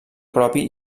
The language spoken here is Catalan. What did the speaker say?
propi